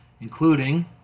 including